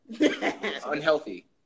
Unhealthy